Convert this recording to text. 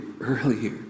earlier